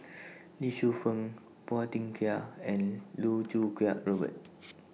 Lee Shu Fen Phua Thin Kiay and Loh Choo Kiat Robert